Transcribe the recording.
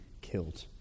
killed